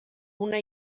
una